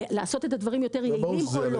לעשות את הדברים יותר יעילים או לא,